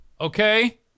Okay